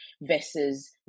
versus